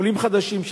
עולים חדשים,